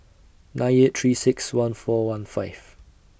nine eight three six one four one five